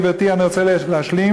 גברתי, אני רוצה להשלים.